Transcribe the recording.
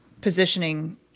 positioning